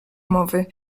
mowy